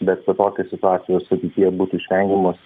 bet kad tokios situacijos ateityje būtų išvengiamos